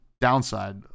downside